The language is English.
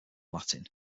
latin